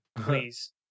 please